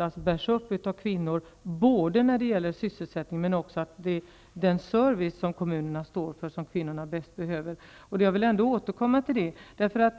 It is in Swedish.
av sysselsättning som både bärs upp av kvinnor och behövs av kvinnor, nämligen den service som kommunerna står för. Jag vill gärna återkomma till detta.